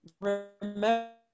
remember